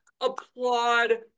applaud